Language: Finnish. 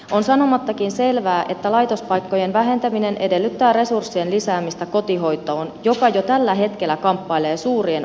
on sanomattakin selvää että laitospaikkojen vähentäminen edellyttää resurssien lisäämistä kotihoitoon joka jo tällä hetkellä kamppailee suurien ongelmien kanssa